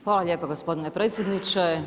Hvala lijepo gospodine predsjedniče.